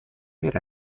per